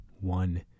One